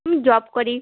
হুম job করি